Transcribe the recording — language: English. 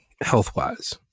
health-wise